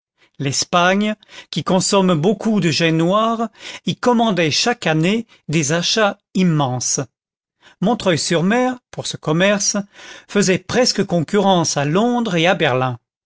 l'espagne qui consomme beaucoup de jais noir y commandait chaque année des achats immenses montreuil sur mer pour ce commerce faisait presque concurrence à londres et à berlin